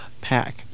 Pack